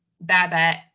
Babette